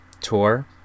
Tour